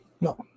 No